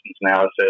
analysis